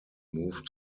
moved